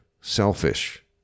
selfish